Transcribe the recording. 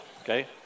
okay